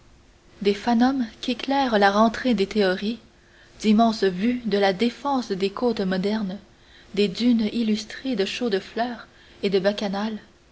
des fanums qu'éclaire la rentrée des théories d'immenses vues de la défense des côtes modernes des dunes illustrées de chaudes fleurs et de bacchanales